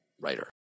writer